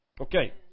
Okay